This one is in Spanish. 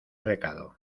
recado